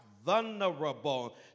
vulnerable